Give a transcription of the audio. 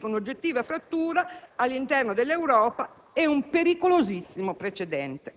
un'oggettiva frattura all'interno dell'Europa e un pericolosissimo precedente.